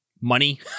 Money